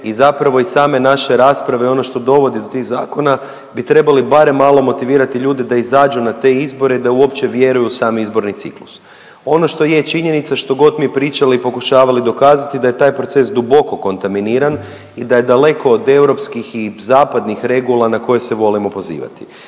i zapravo i same naše rasprave i ono što dovodi do tih zakona bi trebali barem malo motivirati ljude da izađu na te izbore, da uopće vjeruju u sam izborni ciklus. Ono što je činjenica, što god mi pričali i pokušavali dokazati da je taj proces duboko kontaminiran i da je daleko od Europskih i zapadnih regula na koje se volimo pozivati.